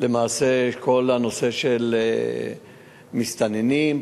כל הנושא של מסתננים,